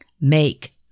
Make